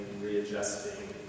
readjusting